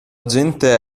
gente